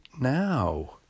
now